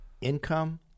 income